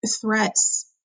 threats